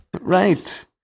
right